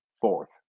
fourth